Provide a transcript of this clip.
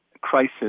crisis